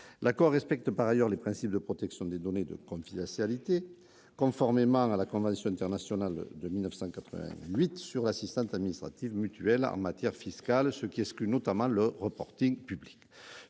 L'accord respecte les principes de protection des données et de confidentialité, conformément à la convention internationale de 1988 relative à l'assistance administrative mutuelle en matière fiscale, ce qui exclut notamment le reporting public.